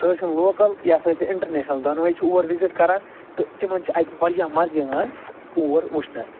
سُہ ٲسِن لوکل یا سُہ ٲسِن اِنٹرنٮ۪شنل دۄنوے چھِ اور وِزِٹ کران تہٕ تِمن چھِ اتہِ واریاہ مزٕ یِوان اور وٕچھنس